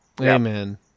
amen